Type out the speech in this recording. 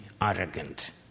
arrogant